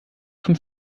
schon